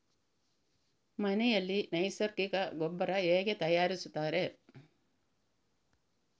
ಮನೆಯಲ್ಲಿ ನೈಸರ್ಗಿಕ ಗೊಬ್ಬರ ಹೇಗೆ ತಯಾರಿಸುತ್ತಾರೆ?